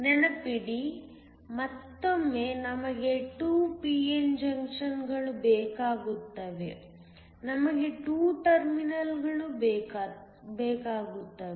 ನೆನಪಿಡಿ ಮತ್ತೊಮ್ಮೆ ನಮಗೆ 2 p n ಜಂಕ್ಷನ್ಗಳು ಬೇಕಾಗುತ್ತವೆ ನಮಗೆ 2 ಟರ್ಮಿನಲ್ಗಳು ಬೇಕಾಗುತ್ತವೆ